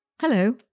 Hello